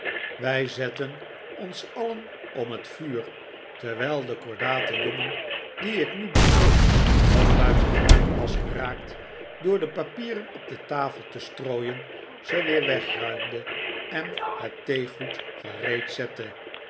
wij zetten ons alien om het vuur terwijl de kordate jongen dien ik nu begreep dat buiten adem was geraakt door de papieren op de tafel te strooien ze weer wegruimde en het theegoed gereed zette